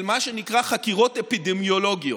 של מה שנקרא חקירות אפידמיולוגיות.